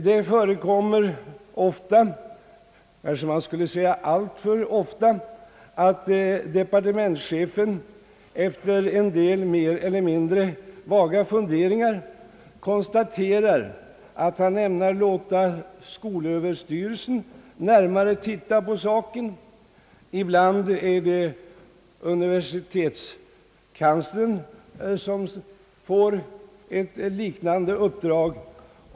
Det förekommer ofta, kanske allt för ofta, att departementschefen efter en del mer eller mindre vaga funderingar konstaterar att han ämnar låta skolöverstyrelsen närmare titta på saken. Ibland är det universitetskanslern som får liknande uppdrag.